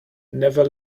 never